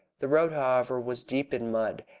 the road, however, was deep in mud,